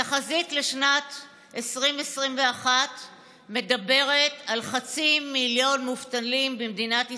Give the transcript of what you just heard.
התחזית לשנת 2021 מדברת על חצי מיליון מובטלים במדינת ישראל,